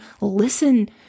listen